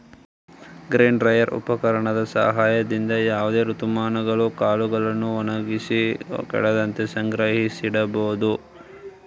grain dryer ಉಪಕರಣದ ಸಹಾಯದಿಂದ ಯಾವುದೇ ಋತುಮಾನಗಳು ಕಾಳುಗಳನ್ನು ಒಣಗಿಸಿ ಕೆಡದಂತೆ ಸಂಗ್ರಹಿಸಿಡಬೋದು